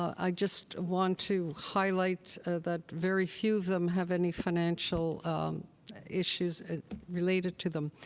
i just want to highlight that very few of them have any financial issues related to them.